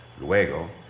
luego